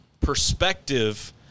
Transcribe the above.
perspective